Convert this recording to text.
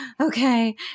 okay